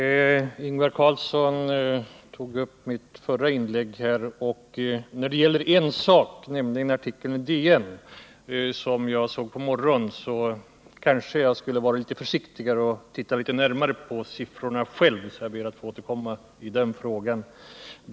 Herr talman! Ingvar Carlsson tog upp mitt förra inlägg. När det gäller artikeln i DN, som jag såg i morse, kanske jag skall vara litet försiktigare och inte grunda min uppfattning på en tidningsartikel. Jag ber därför att få återkomma i den frågan.